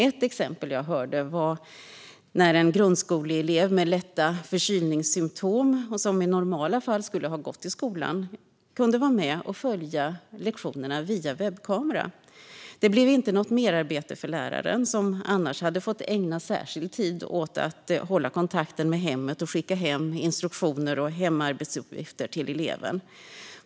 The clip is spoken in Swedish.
Ett exempel jag hörde om var när en grundskoleelev med lätta förkylningssymtom, som i normala fall skulle ha gått till skolan, kunde vara med och följa lektionerna via webbkamera. Det blev inte något merarbete för läraren, som annars hade fått ägna särskild tid åt att hålla kontakten med hemmet och skicka hem instruktioner och arbetsuppgifter till eleven.